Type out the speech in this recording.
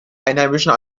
einheimischen